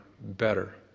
better